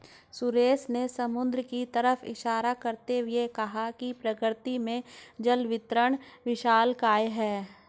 सुरेश ने समुद्र की तरफ इशारा करते हुए कहा प्रकृति में जल वितरण विशालकाय है